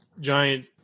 giant